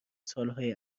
سالهای